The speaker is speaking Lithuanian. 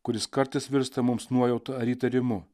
kuris kartais virsta mums nuojauta ar įtarimu